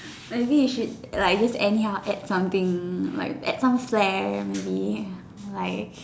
I wish it like just anyhow add something like add some flare maybe like